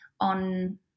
on